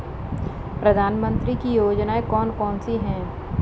प्रधानमंत्री की योजनाएं कौन कौन सी हैं?